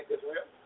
Israel